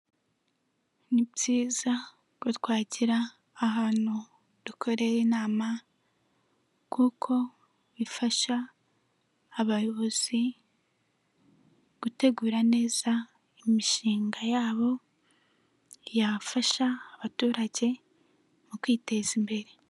Ni byiza ko twagira ahantu dukorera inama kuko bifasha abayobozi gutegura neza imishinga yabo yafasha abaturage mu kwiteza imbere.